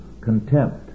contempt